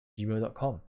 gmail.com